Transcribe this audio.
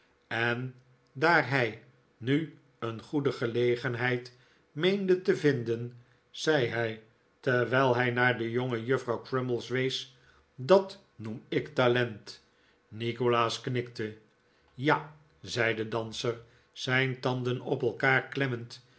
en daar hij nu een goede gelegenheid meende te vinden zei hij terwijl hij naar de jongejuffrouw crummies wees dat noem ik talent nikolaas knikte ja zei de danser zijn tanden op elkaar klemmend